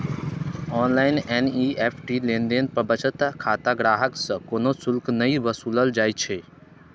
online NEFT लेनदेन पर बचत खाता ग्राहक सं कोनो शुल्क नै वसूलल जाइ छै